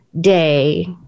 day